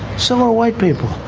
some are white people.